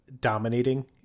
dominating